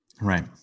right